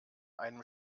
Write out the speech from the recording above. einem